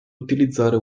utilizzare